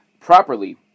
properly